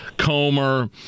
Comer